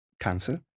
cancer